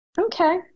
Okay